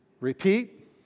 repeat